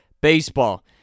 baseball